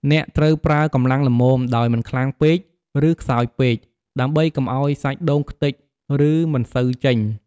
អ្នកត្រូវប្រើកម្លាំងល្មម ដោយមិនខ្លាំងពេក ឬខ្សោយពេក ដើម្បីកុំឱ្យសាច់ដូងខ្ទេច ឬមិនសូវចេញ។